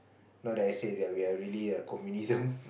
not that I say that we are really a communism